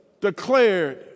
declared